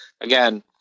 again